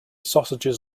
sausages